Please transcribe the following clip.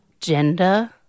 Gender